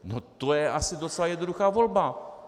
To je asi docela jednoduchá volba.